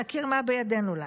נכיר מה בידינו לעשות.